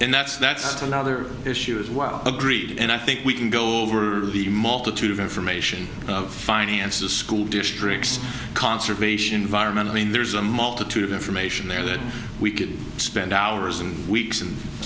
and that's that's another issue as well agreed and i think we can go over the multitude of information finances school districts conservation environmental mean there's a multitude of information there that we could spend hours and weeks and